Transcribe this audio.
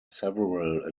several